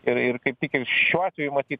ir ir kaip tik ir šiuo atveju matyt